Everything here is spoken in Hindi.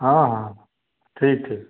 हाँ हाँ ठीक ठीक